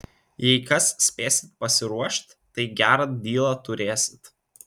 jei kas spėsit pasiruošt tai gerą dylą turėsit